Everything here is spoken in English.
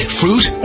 fruit